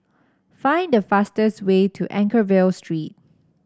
find the fastest way to Anchorvale Street